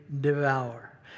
devour